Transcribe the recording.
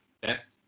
best